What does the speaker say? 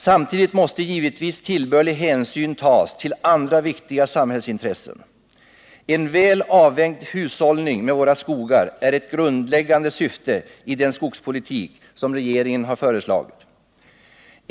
Samtidigt måste givetvis tillbörlig hänsyn tas till andra viktiga samhällsintressen. En väl avvägd hushållning med våra skogar är ett grundläggande syfte i den skogspolitik som regeringen har föreslagit.